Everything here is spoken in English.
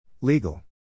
Legal